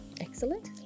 excellent